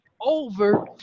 over